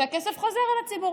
שהכסף חוזר אל הציבור.